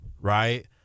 right